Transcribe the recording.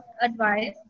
advice